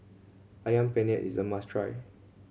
Ayam Penyet is a must try